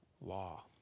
law